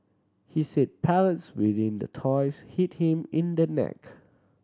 he said pellets within the toys hit him in the neck